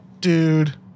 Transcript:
Dude